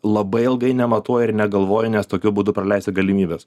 labai ilgai nematuoji ir negalvoji nes tokiu būdu praleisi galimybes